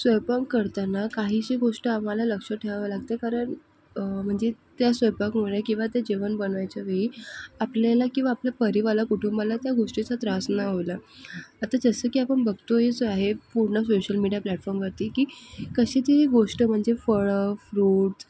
स्वयंपाक करताना काहीशी गोष्ट आम्हाला लक्षात ठेवावी लागते कारण म्हणजे त्या स्वयंपाकामुळे किवा त्या जेवण बनवायच्या वेळी आपल्याला किवा आपल्या परिवाराला कुटुंबाला त्या गोष्टीचा त्रास न होता आता जसं की आपण बघतो आहेच आहे पूर्ण सोशल मीडिया प्लॅटफॉर्मवरती की कशी ती गोष्ट म्हणजे फळं फ्रुट्स